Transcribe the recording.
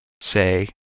Say